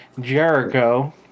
Jericho